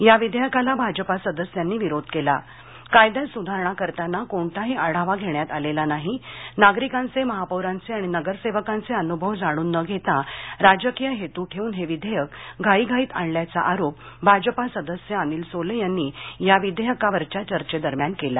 या विधेयकाला भाजपा सदस्यांनी विरोध केला कायद्यात सुधारणा करताना कोणताही आढावा घेण्यात आलेला नाही नागरिकांचे महापौरांचे आणि नगरसेवकांचे अनुभव जाणून नं घेता राजकीय हेतू ठेऊन हे विधेयक घाईघाईत आणल्याचा आरोप भाजपा सदस्य अनिल सोले यांनी या विधेयकावरच्या चर्चे दरम्यान केला